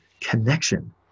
connection